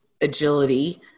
agility